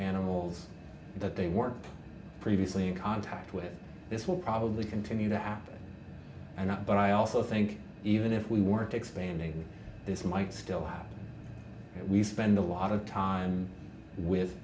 animals that they weren't previously in contact with this will probably continue to happen and not but i also think even if we weren't expanding this might still happen we spend a lot of time with